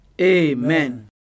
Amen